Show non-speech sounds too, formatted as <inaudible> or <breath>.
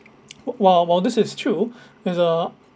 while while this is true <breath> there's a